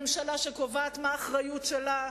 ממשלה שקובעת מה האחריות שלה,